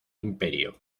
imperio